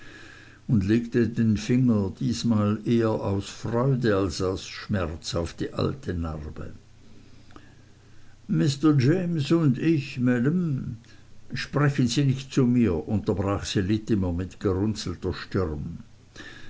und legte den finger diesmal eher aus freude als aus schmerz auf die alte narbe mr james und ich madam sprechen sie nicht zu mir unterbrach sie littimer mit gerunzelter stirn